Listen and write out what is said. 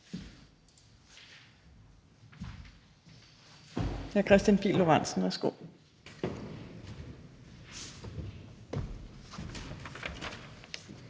Tak